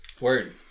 Word